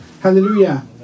Hallelujah